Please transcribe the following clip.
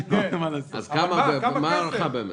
אז מה ההערכה באמת?